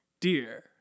dear